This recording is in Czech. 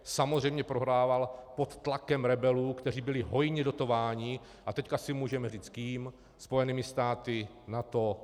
Samozřejmě prohrával pod tlakem rebelů, kteří byli hojně dotováni a teď si můžeme říct kým Spojenými státy, NATO.